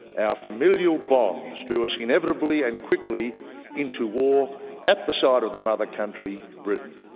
our familial bonds drew us inevitably and quickly into war at the side of the mother country, britain.